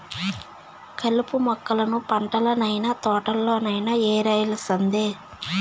కలుపు మొక్కలను పంటల్లనైన, తోటల్లోనైన యేరేయాల్సిందే